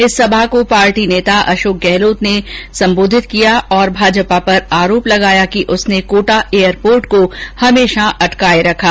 इस सभा को पार्टी नेता अशोक गहलोत ने भी संबोधित किया और भाजपा पर आरोप लगाया कि उसने कोटा एयरपोर्ट को हमेशा अटकाये रखा